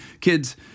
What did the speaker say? kids